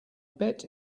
bet